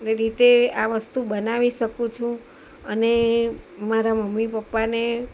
રીતે આ વસ્તુ બનાવી શકું છું અને મારા મમ્મી પપ્પાને